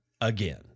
again